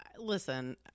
listen